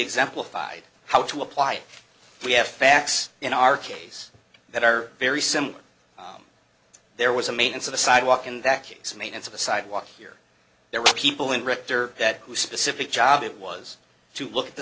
exemplified how to apply it we have facts in our case that are very similar there was a maintenance of a sidewalk in that case maintenance of a sidewalk here there were people in richter that specific job it was to look at the